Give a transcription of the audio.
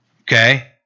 okay